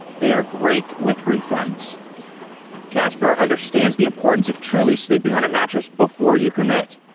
they are great with refunds casper understands the importance of truly sleeping on a mattress before you commit,